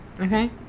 Okay